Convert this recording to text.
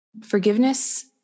Forgiveness